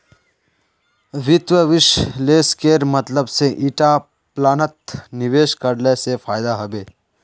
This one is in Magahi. वित्त विश्लेषकेर मतलब से ईटा प्लानत निवेश करले से फायदा हबे